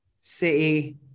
City